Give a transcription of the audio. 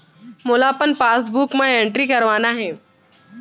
मोला अपन पासबुक म एंट्री करवाना हे?